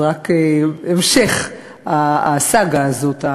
זה רק המשך הסאגה הזאת,